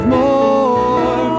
more